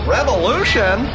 Revolution